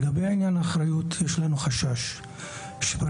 לגבי עניין האחריות יש לנו חשש שברגע